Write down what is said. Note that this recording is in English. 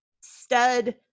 stud